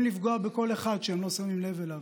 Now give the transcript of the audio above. לפגוע בכל אחד שהם לא שמים לב אליו,